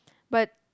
but